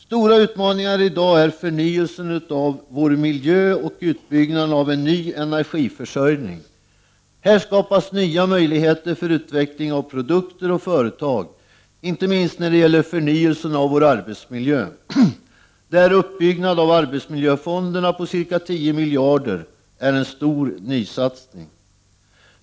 Stora utmaningar i dag är förnyelsen av vår miljö och utbyggnaden av en ny energiförsörjning. Här skapas nya möjligheter för utveckling av produkter och företag, inte minst när det gäller förnyelsen av vår arbetsmiljö, där uppbyggnad av arbetsmiljöfonderna på ca 10 miljarder är en stor nysatsning.